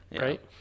Right